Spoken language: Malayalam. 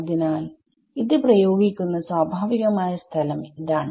അതിനാൽ ഇത് പ്രയോഗിക്കുന്ന സ്വഭാവികമായ സ്ഥലം ഇതാണ്